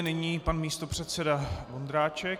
Nyní pan místopředseda Vondráček.